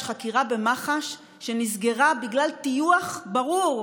חקירה במח"ש שנסגרה בגלל טיוח ברור: